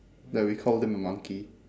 that we called him a monkey